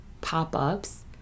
pop-ups